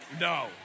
no